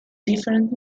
different